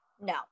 No